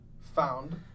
found